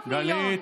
800 מיליון,